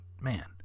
Man